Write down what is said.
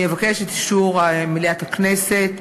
אני אבקש את אישור מליאת הכנסת